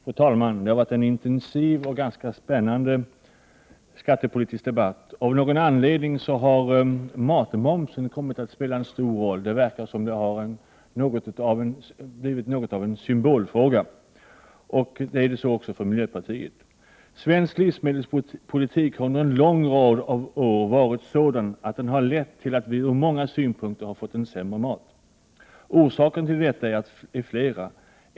Fru talman! Det har varit en intensiv och ganska spännande skattepolitisk debatt. Av någon anledning har matmomsen kommit att spela en stor roll. Det verkar som om den har blivit något av en symbolfråga, och det är också så för miljöpartiet. Svensk livsmedelspolitik har under en lång rad av år varit sådan att den har lett till att vi ur många synpunkter har fått sämre mat. Orsakerna till detta är flera.